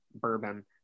bourbon